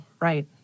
right